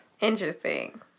Interesting